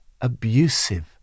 abusive